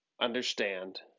understand